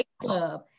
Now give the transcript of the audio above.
club